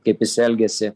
kaip jis elgiasi